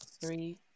three